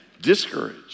discouraged